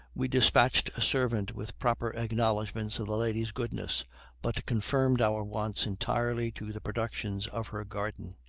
we dispatched a servant with proper acknowledgments of the lady's goodness but confined our wants entirely to the productions of her garden.